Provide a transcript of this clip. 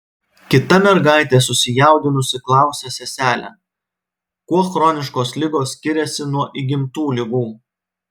kita mergaitė susijaudinusi klausia seselę kuo chroniškos ligos skiriasi nuo įgimtų ligų